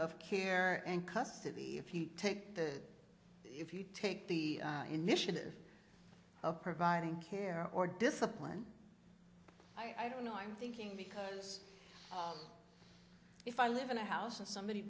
of care and custody if you take the if you take the initiative of providing care or discipline i don't know i'm thinking because if i live in a house and somebody